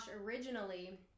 originally